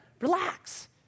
Relax